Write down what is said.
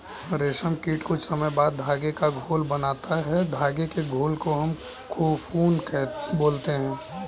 रेशम कीट कुछ समय बाद धागे का घोल बनाता है धागे के घोल को हम कोकून बोलते हैं